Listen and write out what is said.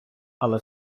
але